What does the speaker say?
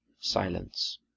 silence